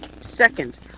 second